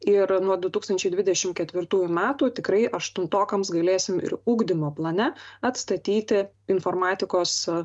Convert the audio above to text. ir nuo du tūkstančiai dvidešim ketvirtųjų metų tikrai aštuntokams galėsim ir ugdymo plane atstatyti informatikos